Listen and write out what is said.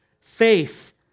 faith